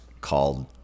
called